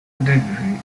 degree